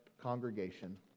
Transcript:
congregation